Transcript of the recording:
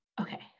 Okay